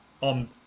on